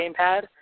gamepad